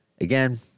Again